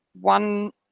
one